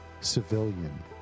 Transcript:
civilian